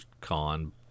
con